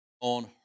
on